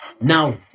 now